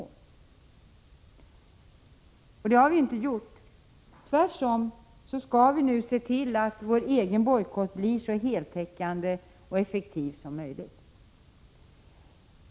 Och det har vi inte gjort — tvärtom skall vi nu se till att vår egen bojkott blir så heltäckande och effektiv som möjligt.